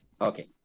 Okay